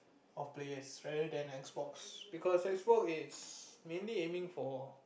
of players rather than X-box because X-box is mainly aiming for